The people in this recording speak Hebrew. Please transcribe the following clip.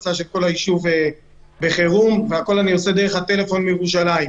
הקפצת כל הישוב בחירום והכול אני עושה דרך הטלפון כשאני בירושלים.